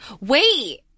Wait